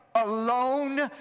Alone